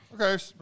Okay